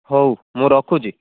ହଉ ମୁଁ ରଖୁଛି